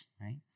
right